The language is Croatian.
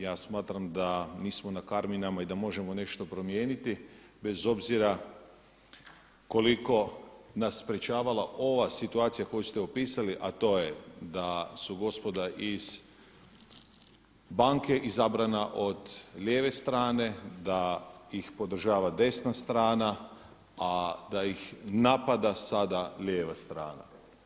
Ja smatram da nismo na karminama i da možemo nešto promijeniti bez obzira koliko nas sprječavala ova situacija koju ste opisali a to je da su gospoda iz banke izabrana od lijeve strane, da ih podržava desna strana a da ih napada sada lijeva strana.